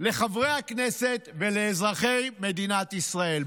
לחברי הכנסת ולאזרחי מדינת ישראל.